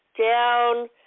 down